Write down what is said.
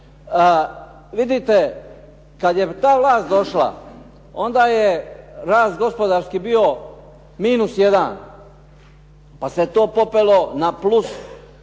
Vidite, kad je ta vlast došla, onda je rast gospodarski bio -1, pa se to popelo na +5,7%.